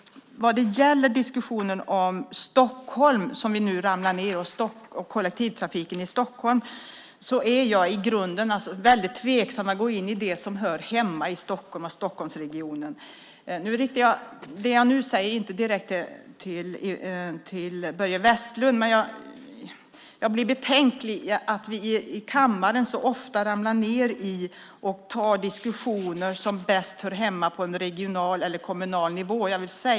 Vad gäller diskussionen om kollektivtrafiken i Stockholm är jag i grunden tveksam till att gå in i det som hör hemma i Stockholm och Stockholmsregionen. Det jag nu säger riktar jag inte direkt till Börje Vestlund, men jag är betänksam över att vi i kammaren så ofta går in i och tar diskussioner som hör hemma på regional eller kommunal nivå.